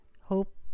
Hope